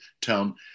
town